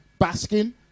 Baskin